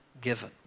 given